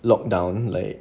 locked down like